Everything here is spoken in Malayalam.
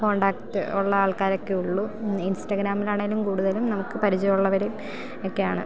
കോൺടാക്റ്റ് ഉള്ള ആൾക്കാരൊക്കെ ഉള്ളൂ ഇൻസ്റ്റഗ്രാമിലാണെങ്കിലും കൂടുതലും നമുക്ക് പരിചയമുള്ളവർ ഒക്കെയാണ്